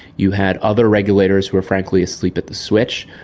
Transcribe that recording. you had other regulators who were frankly asleep at the switch.